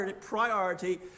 priority